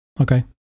okay